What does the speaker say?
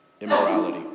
immorality